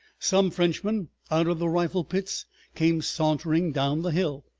some frenchmen out of the rifle-pits came sauntering down the hill.